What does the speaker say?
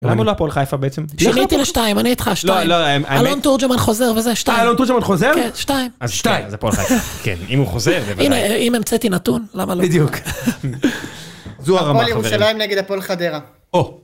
‫למה לא הפועל חיפה בעצם? ‫-שיניתי לשתיים, אני איתך שתיים. ‫אלון תורג'מן חוזר וזה, שתיים. ‫-אלון טורג'מן חוזר? ‫כן, שתיים. ‫-אז שתיים, זה פועל חיפה. ‫כן, אם הוא חוזר... ‫-הנה, אם המצאתי נתון, למה לא... ‫בדיוק. ‫זו הרמה, חברים. ‫-הפועל ירושלים נגד הפועל חדרה.